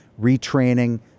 retraining